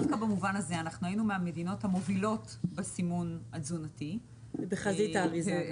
דווקא במובן הזה היינו מהמדינות המובילות בסימון התזונתי בחזית האריזה.